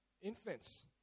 infants